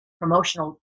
promotional